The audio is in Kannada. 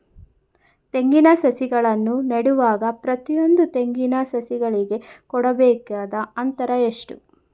ತೆಂಗಿನ ಸಸಿಗಳನ್ನು ನೆಡುವಾಗ ಪ್ರತಿಯೊಂದು ತೆಂಗಿನ ಸಸಿಗಳಿಗೆ ಕೊಡಬೇಕಾದ ಅಂತರ ಎಷ್ಟು?